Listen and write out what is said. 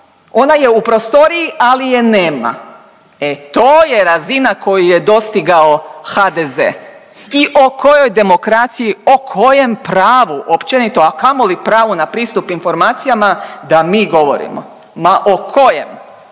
Ona je u prostoriji, ali je nema. E to je razina koju je dostigao HDZ i o kojoj demokraciji, o kojem pravu općenito, a kamoli pravu na pristup informacijama da mi govorimo? Ma o kojem?